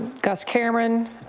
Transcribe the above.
gus cameron,